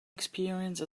experience